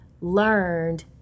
learned